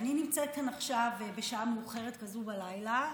אני נמצאת כאן עכשיו בשעה מאוחרת כזאת בלילה,